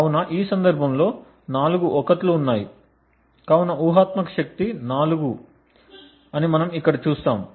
కాబట్టి ఈ సందర్భంలో నాలుగు 1 లు ఉన్నాయి కావున ఊహాత్మక శక్తి 4 అని మనము ఇక్కడ చూస్తాము